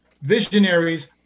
visionaries